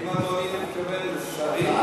האם אדוני מתכוון לשרים או,